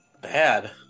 bad